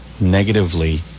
negatively